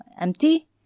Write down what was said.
empty